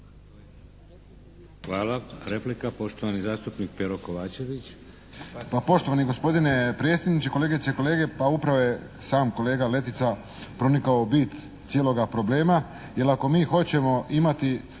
Hvala. Replika, poštovani zastupnik Pero Kovačević.